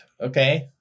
Okay